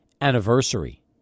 anniversary